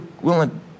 willing